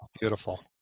beautiful